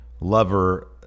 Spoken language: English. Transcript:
lover